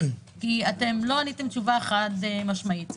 כי לא עניתם תשובה חד-משמעית.